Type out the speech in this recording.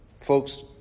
Folks